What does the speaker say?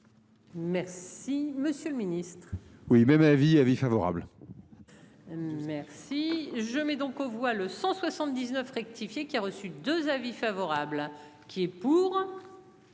Merci, monsieur le Ministre, oui même avis, avis favorable. Si je mets donc aux voix le 179 rectifié qui a reçu 2 avis favorable. Qui est pour.